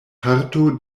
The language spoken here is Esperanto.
parto